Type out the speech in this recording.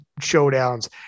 showdowns